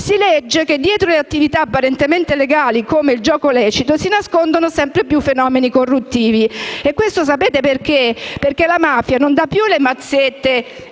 si legge che «dietro le attività apparentemente legali, come il gioco lecito, si nascondono sempre più fenomeni corruttivi». Sapete perché? Perché la mafia non dà più le mazzette